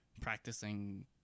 practicing